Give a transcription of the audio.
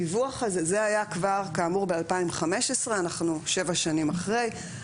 זה היה, כאמור, ב-2015, אנחנו שבע שנים אחרי.